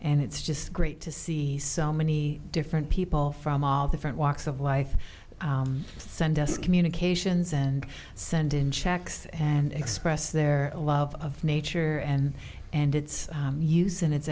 and it's just great to see so many different people from all different walks of life send us communications and send in checks and express their love of nature and and its u